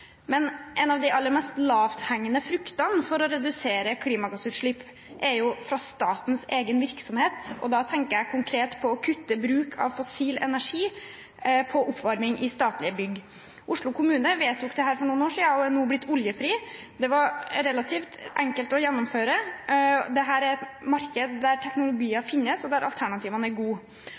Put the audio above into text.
men én av de aller mest lavthengende fruktene med tanke på å redusere klimagassutslipp er i statens egen virksomhet, og da tenker jeg konkret på å kutte bruk av fossil energi til oppvarming i statlige bygg. Oslo kommune vedtok dette for noen år siden og er nå blitt oljefri. Det var relativt enkelt å gjennomføre. Dette er et marked der teknologier finnes, og der alternativene er gode.